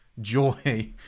joy